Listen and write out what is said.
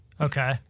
Okay